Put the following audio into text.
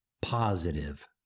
positive